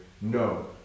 no